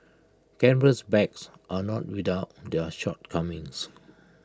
canvas bags are not without their shortcomings